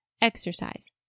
EXERCISE